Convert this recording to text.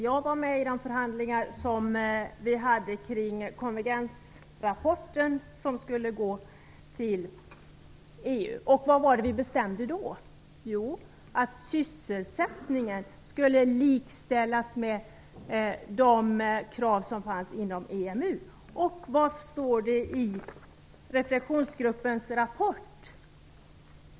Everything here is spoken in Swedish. Jag var med i de förhandlingar vi hade om konvergensrapporten, som skulle gå till EU. Vad var det vi bestämde då? Jo, att sysselsättningen skulle likställas med de krav som fanns inom EMU. Och vad står det i reflexionsgruppens rapport?